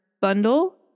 bundle